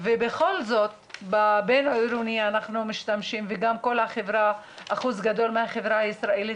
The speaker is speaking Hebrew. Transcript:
ובכל זאת בבין עירוני אנחנו משתמשים וגם אחוז גדול מהחברה הישראלית